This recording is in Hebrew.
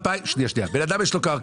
לבן אדם יש קרקע.